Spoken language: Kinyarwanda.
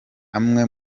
amwe